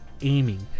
Aiming